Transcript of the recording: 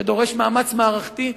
שדורש מאמץ מערכתי,